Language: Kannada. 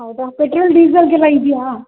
ಹೌದಾ ಪೆಟ್ರೋಲ್ ಡೀಸೆಲ್ಗೆಲ್ಲ ಇದೆಯಾ